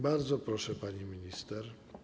Bardzo proszę, pani minister.